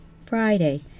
Friday